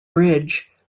bridge